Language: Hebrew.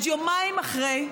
אז יומיים אחרי,